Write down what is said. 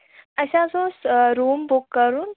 اَسہِ حظ اوس روٗم بُک کَرُن